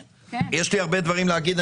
יש לי הרבה דברים להגיד,